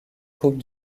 troupes